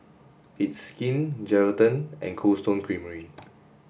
it's Skin Geraldton and Cold Stone Creamery